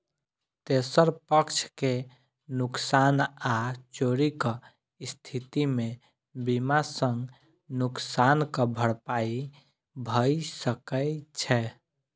तेसर पक्ष के नुकसान आ चोरीक स्थिति मे बीमा सं नुकसानक भरपाई भए सकै छै